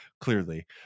clearly